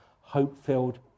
hope-filled